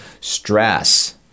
stress